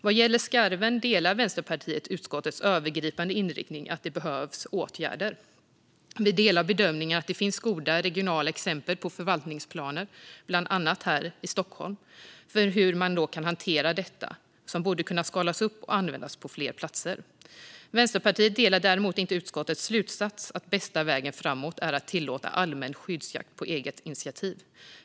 Vad gäller skarven instämmer Vänsterpartiet i utskottets övergripande inriktning att det behövs åtgärder. Vi delar bedömningen att det finns goda regionala exempel på förvaltningsplaner, bland annat här i Stockholm, för hur man kan hantera detta som borde kunna skalas upp och användas på fler platser. Vänsterpartiet instämmer däremot inte i utskottets slutsats att bästa vägen framåt är att tillåta allmän skyddsjakt på eget initiativ.